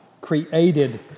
created